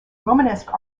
romanesque